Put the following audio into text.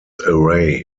array